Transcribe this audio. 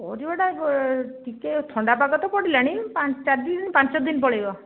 ପରିବାଟା ଟିକେ ଥଣ୍ଡା ପାଗ ତ ପଡ଼ିଲାଣି ପାଞ୍ଚ ଚାରିଦିନ ପାଞ୍ଚଦିନ ପଳେଇବ